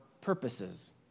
purposes